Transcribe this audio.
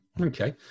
Okay